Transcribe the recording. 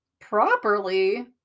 properly